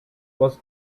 was